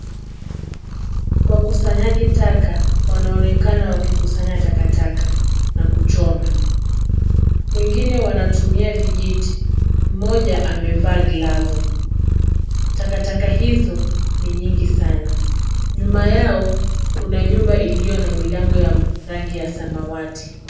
Wakusanyaji taka wanaonekana wakikusanya takataka na kuchoma. Wengine wanatumia vijiti mmoja amevaa glavu. Takataka hizo ni nyingi sana. Nyuma yao kuna nyumba iliyo na milango ya rangi ya samawati.